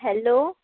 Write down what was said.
hello